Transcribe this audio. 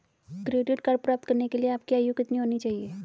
Credit card प्राप्त करने के लिए आपकी आयु कितनी होनी चाहिए?